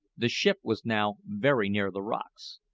the ship was now very near the rocks.